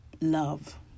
love